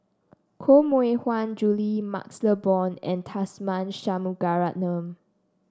Koh Mui Hiang Julie MaxLe Blond and Tharman Shanmugaratnam